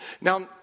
Now